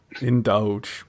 Indulge